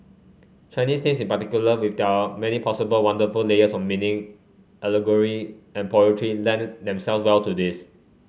Chinese names in particular with their many possible wonderful layers of meaning allegory and poetry lend themselves well to this